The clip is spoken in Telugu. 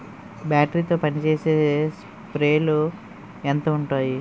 బ్యాటరీ తో పనిచేసే స్ప్రేలు ఎంత ఉంటాయి?